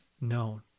known